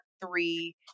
three